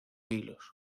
hilos